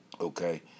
Okay